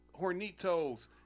Hornitos